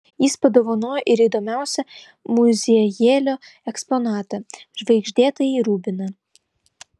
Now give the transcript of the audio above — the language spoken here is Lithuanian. jis padovanojo ir įdomiausią muziejėlio eksponatą žvaigždėtąjį rubiną